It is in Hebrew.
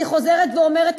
אני חוזרת ואומרת,